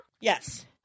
Yes